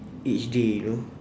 each day you know